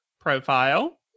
profile